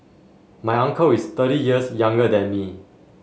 my uncle is thirty years younger than me